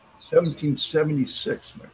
1776